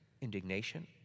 indignation